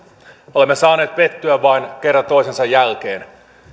olemme saaneet vain pettyä kerran toisensa jälkeen